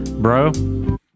Bro